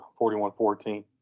41-14